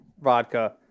vodka